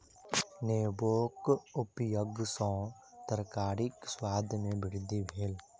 नेबोक उपयग सॅ तरकारीक स्वाद में वृद्धि भेल